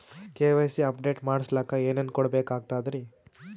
KYC update ಮಾಡಸ್ಲಕ ಏನೇನ ಕೊಡಬೇಕಾಗ್ತದ್ರಿ?